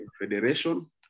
federation